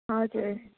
हजुर